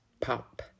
pop